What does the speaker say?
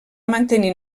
mantenir